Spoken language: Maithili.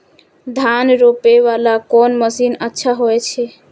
धान रोपे वाला कोन मशीन अच्छा होय छे?